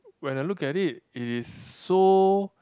when I look at it it is so